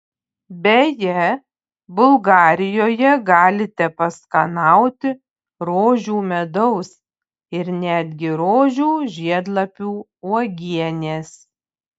beje bulgarijoje galite paskanauti rožių medaus ir netgi rožių žiedlapių uogienės